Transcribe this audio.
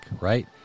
Right